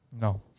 no